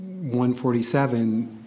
147